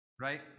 Right